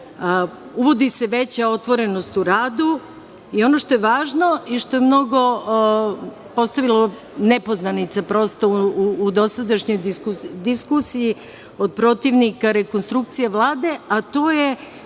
Uvodi se veća otvorenost u radu i ono što je važno i što je mnogo postavilo nepoznanica u dosadašnjoj diskusiji od protivnika rekonstrukcije Vlade, a to je